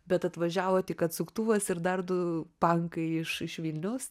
bet atvažiavo tik atsuktuvas ir dar du pankai iš iš vilniaus